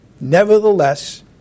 nevertheless